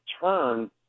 turn